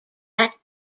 pratt